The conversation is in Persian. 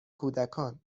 کودکان